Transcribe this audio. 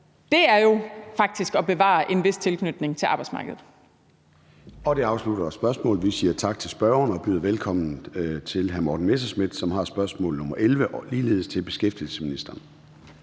Det er jo faktisk at bevare en vis tilknytning til arbejdsmarkedet. Kl. 13:52 Formanden (Søren Gade): Det afslutter spørgsmålet. Vi siger tak til spørgeren. Vi byder velkommen til hr. Morten Messerschmidt, som har spørgsmål nr. 11, ligeledes til beskæftigelsesministeren.